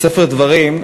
בספר דברים,